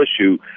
issue